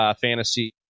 fantasy